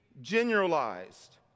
Generalized